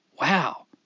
wow